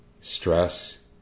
stress